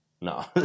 no